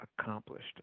accomplished